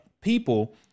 people